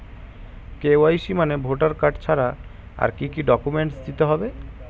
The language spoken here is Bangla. কে.ওয়াই.সি মানে ভোটার কার্ড ছাড়া আর কি কি ডকুমেন্ট দিতে হবে?